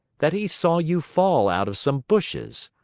that he saw you fall out of some bushes.